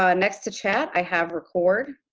ah next to chat, i have record.